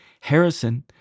Harrison